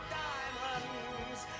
diamonds